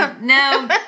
No